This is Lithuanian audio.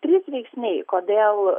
trys veiksniai kodėl